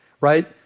right